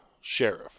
sheriff